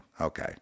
Okay